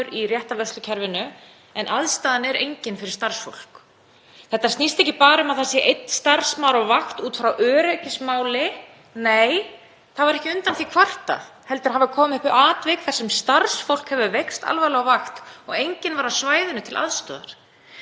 það var ekki undan því kvartað, heldur hafa komið upp atvik þar sem starfsfólk hefur veikst alvarlega á vakt og enginn verið á svæðinu til aðstoðar. Þess utan er aðstaða starfsmanna um 7 m² skrifstofa. Það er engin persónuleg aðstaða, fundarherbergi eða matsvæði fyrir fólk sem þar vinnur.